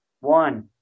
one